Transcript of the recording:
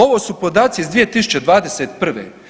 Ovo su podaci iz 2021.